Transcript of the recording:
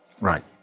Right